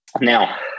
Now